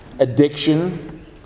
addiction